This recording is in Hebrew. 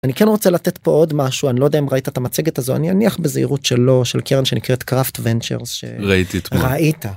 אני כן רוצה לתת פה עוד משהו אני לא יודע אם ראית את המצגת הזו אני אניח בזהירות שלא של קרן שנקראת קראפט ונצ'רס, ראיתי אתמול, ראית